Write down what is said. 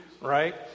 right